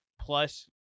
plus